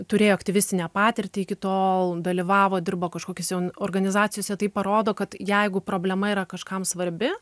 turėjo aktyvistinę patirtį iki tol dalyvavo dirbo kažkokiose organizacijose tai parodo kad jeigu problema yra kažkam svarbi